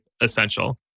essential